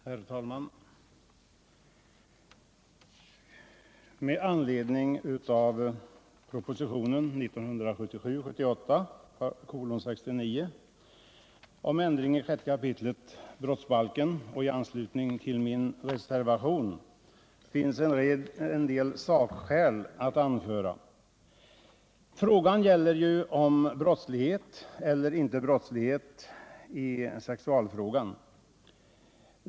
Herr talman! Med anledning av proposition 1977/78:69 om ändring i 6 kap. brottsbalken och i anslutning till min reservation finns en del sakskäl att anföra. Frågan gäller ju brottslighet eller inte brottslighet i sexualfrågan.